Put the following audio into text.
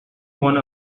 one